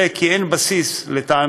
עולה כי אין בסיס לטענותיהם.